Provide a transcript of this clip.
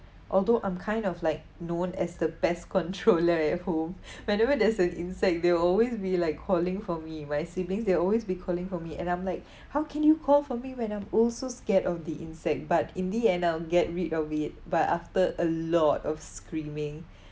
although I'm kind of like known as the pest controller at home whenever there's an insect they will always be like calling for me my siblings they'll always be calling for me and I'm like how can you call for me when I'm also scared of the insect but in the end I'll get rid of it but after a lot of screaming